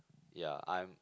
ya I'm